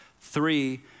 Three